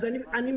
אז אני מעוניין,